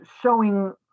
showing